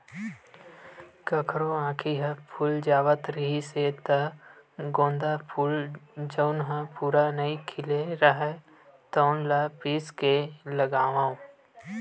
कखरो आँखी ह फूल जावत रिहिस हे त गोंदा फूल जउन ह पूरा नइ खिले राहय तउन ल पीस के लगावय